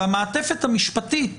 והמעטפת המשפטית